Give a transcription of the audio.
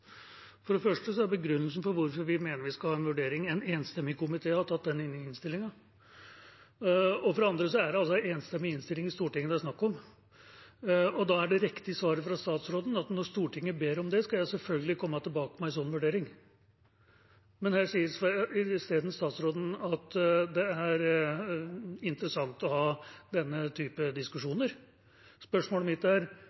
For det første er begrunnelsen for hvorfor vi mener vi skal ha en vurdering: En enstemmig komité har tatt den inn i innstillinga. For det andre er det altså en enstemmig innstilling i Stortinget det er snakk om. Da er det riktige svaret fra statsråden at når Stortinget ber om det, skal jeg selvfølgelig komme tilbake med en sånn vurdering. Men her sier isteden statsråden at det er interessant å ha denne typen diskusjoner. Spørsmålet mitt er: